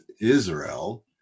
Israel